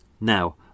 now